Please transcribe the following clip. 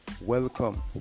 Welcome